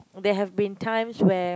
there have been times where